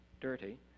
Dirty